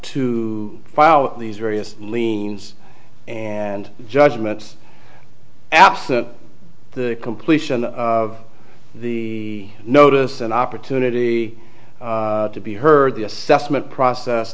to file these various liens and judgments after the completion of the notice an opportunity to be heard the assessment process